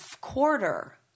quarter